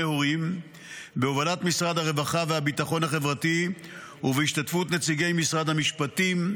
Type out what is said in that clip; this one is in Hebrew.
הורים בהובלת משרד הרווחה והביטחון החברתי ובהשתתפות נציגי משרד המשפטים,